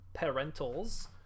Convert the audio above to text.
parentals